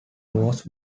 was